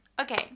Okay